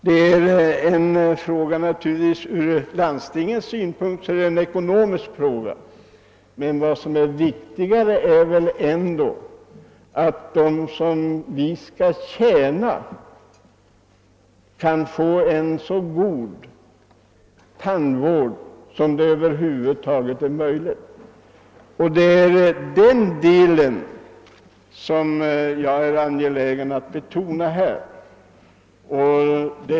Ur landstingens synpunkt är detta naturligtvis en ekonomisk fråga, men viktigare är väl ändå att de som vi skall tjäna kan få så god tandvård som över huvud taget är möjligt. Det är den delen som jag är angelägen att betona.